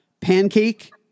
pancake